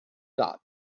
got